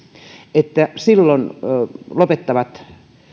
että silloin lopettavat